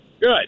Good